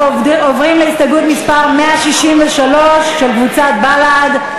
אנחנו עוברים להסתייגות מס' 162 של קבוצת בל"ד.